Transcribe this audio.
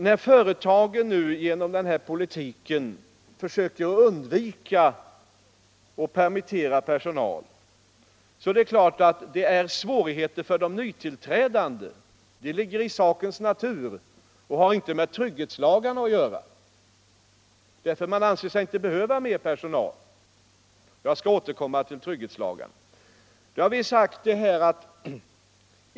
När företagen nu genom den förda politiken försöker att undvika att permittera personal är det klart att det uppstår svårigheter för de nytillträdande på arbetsmarknaden — det ligger i sakens natur och har inte med trygghetslagarna att göra. Man anser sig inte behöva mera personal. — Jag skall återkomma till trygghetslagarna.